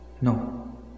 no